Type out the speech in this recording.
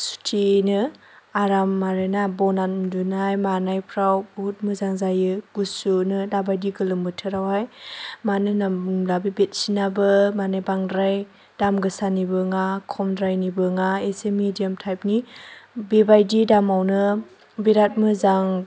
सुतिनो आराम आरोना बनानै उन्दुनाय मानायफ्राव बुहुद मोजां जायो गुसुनो दाबायदि गोलोम बोथोरावहाय मानो होननानै बुङोब्ला बे बेडशितआबो माने बांद्राय दाम गोसानिबो नङा खमद्रायनिबो नङा एसे मेडियाम तायपनि बेबायदि दामावनो बिराद मोजां